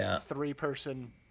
three-person